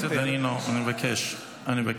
חבר הכנסת דנינו, אני מבקש, אני מבקש.